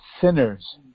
sinners